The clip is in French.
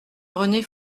rené